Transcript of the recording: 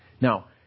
Now